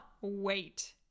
wait